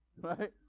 right